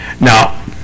Now